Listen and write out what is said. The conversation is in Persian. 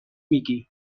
میگی